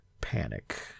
panic